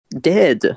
Dead